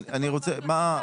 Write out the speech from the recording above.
אני רוצה, מה?